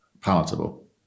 palatable